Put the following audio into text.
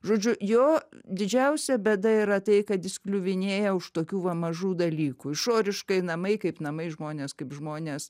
žodžiu jo didžiausia bėda yra tai kad jis kliuvinėja už tokių va mažų dalykų išoriškai namai kaip namai žmonės kaip žmonės